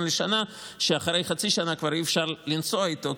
לשנה שאחרי חצי שנה כבר אי-אפשר לנסוע איתו,